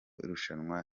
rushanwa